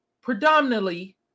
predominantly